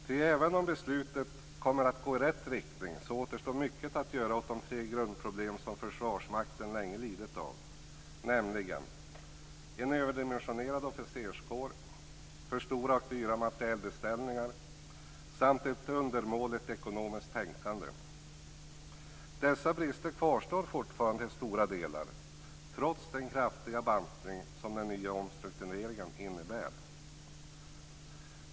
Ty även om beslutet kommer att gå i rätt riktning återstår mycket att göra åt de tre grundproblem som Försvarsmakten länge lidit av, nämligen: en överdimensionerad officerskår, för stora och dyra materielbeställningar samt ett undermåligt ekonomiskt tänkande. Dessa brister kvarstår fortfarande till stora delar, trots den kraftiga bantning som den nya omstruktureringen innebär.